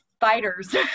fighters